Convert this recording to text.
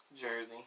jersey